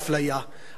אדוני היושב-ראש,